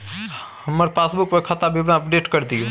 हमर पासबुक पर खाता विवरण अपडेट कर दियो